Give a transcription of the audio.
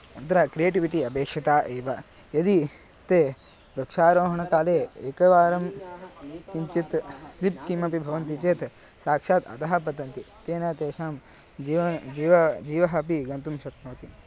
अत्र क्रियेटिविटी अपेक्षिता एव यदि ते वृक्षारोहणकाले एकवारं किञ्चित् स्लिप् किमपि भवन्ति चेत् साक्षात् अधः पतन्ति तेन तेषां जीवनं जीवः जीवः अपि गन्तुं शक्नोति